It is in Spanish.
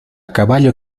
caballo